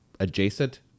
Adjacent